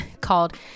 called